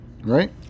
right